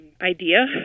idea